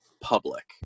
public